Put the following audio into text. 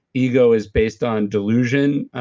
ego is based on delusion,